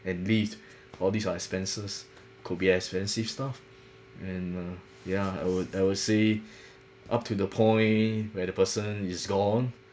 at least all these are expenses could be expensive stuff and uh yeah I would I would say up to the point where the person is gone